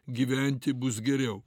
gyventi bus geriau